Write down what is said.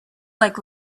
like